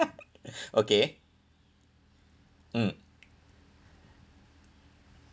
okay mm